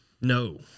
No